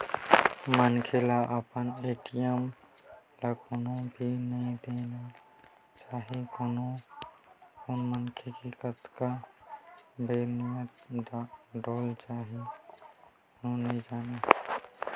मनखे ल अपन ए.टी.एम ल कोनो ल भी नइ देना चाही कोन मनखे के कतका बेर नियत डोल जाही कोनो नइ जानय